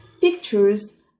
pictures